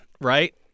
right